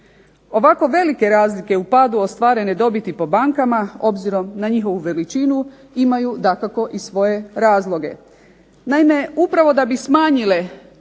Ovako velike razlike u padu ostvarene dobiti po bankama, obzirom na njihovu veličinu imaju dakako i svoje razloge. Naime, upravo da bi smanjile